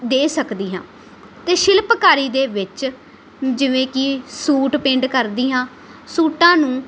ਦੇ ਸਕਦੀ ਹਾਂ ਅਤੇ ਸ਼ਿਲਪਕਾਰੀ ਦੇ ਵਿੱਚ ਜਿਵੇਂ ਕਿ ਸੂਟ ਪੇਂਟ ਕਰਦੀ ਹਾਂ ਸੂਟਾਂ ਨੂੰ